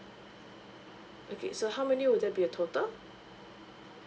okay so how many will that be a total